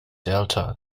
delta